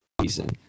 season